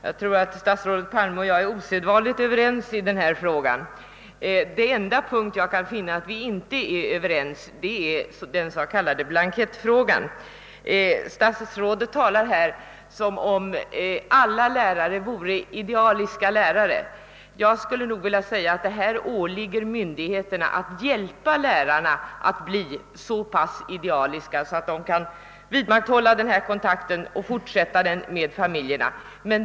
Herr talman! Statsrådet Palme och jag är osedvanligt överens i denna fråga. Den enda punkt där jag kan finna att vi inte är överens är blankettfrågan. Statsrådet talar i detta sammanhang som om alla lärare vore idealiska lärare. Enligt min uppfattning borde det nog åligga myndigheterna att hjälpa lärarna att bli så idealiska, att de kan upprätta och vidmakthålla en kontakt med familjerna.